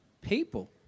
people